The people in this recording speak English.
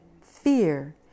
fear